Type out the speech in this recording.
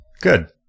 Good